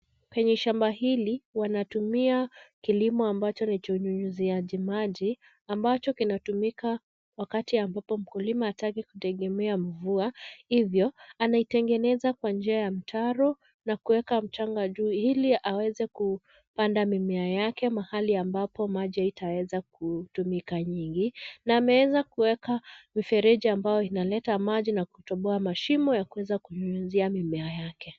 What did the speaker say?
Kwenye shamba hili, wanatumia kilimo ambacho ni cha unyunyiziaji maji ambacho kinatumika wakati ambapo mkulima hataki kutegemea mvua. Hivyo, anaitengeneza kwa njia ya mtaro na kuweka mchanga juu ili aweze kupanda mimea yake mahali ambapo maji haitaweza kutumika nyingi na ameweza kuweka mifereji ambayo inaleta maji na kutoboa mashimo ya kuweza kunyunyizia mimea yake.